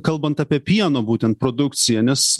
kalbant apie pieno būtent produkciją nes